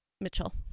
mitchell